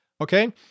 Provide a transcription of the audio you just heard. Okay